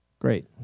Great